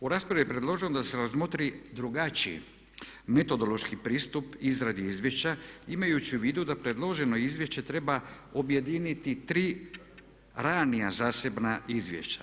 U raspravi je predloženo da se razmotri drugačiji metodološki pristup izradi izvješća imajući u vidu da predloženo izvješće treba objediniti tri ranija zasebna izvješća.